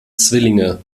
zwillinge